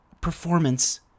performance